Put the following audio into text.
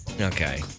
Okay